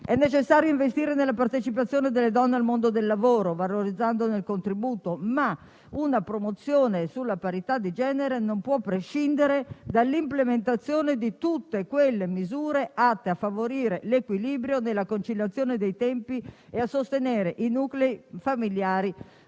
È necessario investire nella partecipazione delle donne al mondo del lavoro, valorizzandone il contributo, ma una promozione sulla parità di genere non può prescindere dall'implementazione di tutte quelle misure atte a favorire l'equilibrio della conciliazione dei tempi e a sostenere i nuclei familiari